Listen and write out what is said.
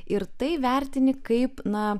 ir tai vertini kaip na